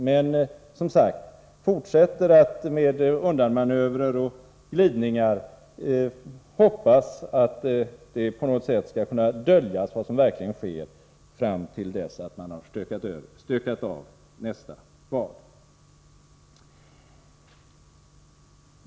Men han fortsätter som sagt att hoppas att genom undanmanövrer och glidningar kunna dölja det som verkligen sker fram till dess att man har stökat över nästa val.